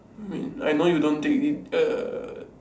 I mean I know you don't take in err